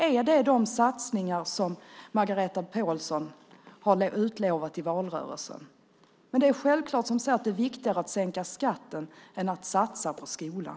Är det de satsningarna Margareta Pålsson utlovade i valrörelsen? Det kanske är viktigare att sänka skatten än att satsa på skolan.